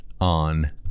on